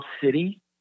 city